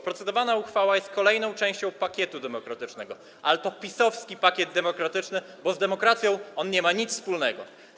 Procedowana uchwała jest kolejną częścią pakietu demokratycznego, ale to PiS-owski pakiet demokratyczny, bo z demokracją nie ma on nic wspólnego.